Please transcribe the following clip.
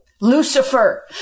Lucifer